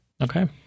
Okay